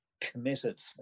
committed